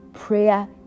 Prayer